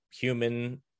human